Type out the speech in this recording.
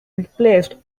replaced